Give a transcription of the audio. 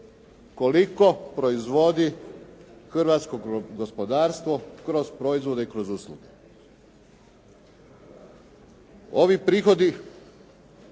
koliko proizvodi hrvatsko gospodarstvo kroz proizvode, kroz usluge. Ovi prihodi